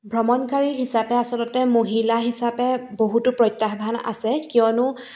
ভ্ৰমণকাৰী হিচাপে আচলতে মহিলা হিচাপে বহুতো প্ৰত্যাহ্বান আছে কিয়নো